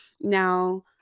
now